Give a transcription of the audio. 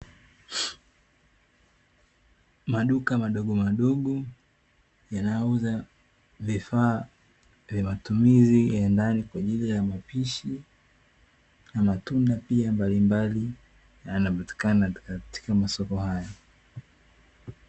Maduka madogomadogo, yanayouza vifaa vya matumizi ya ndani kwa ajili ya mapishi, na matunda pia mbalimbali, yanapatikana katika masoko haya.